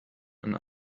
and